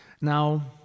now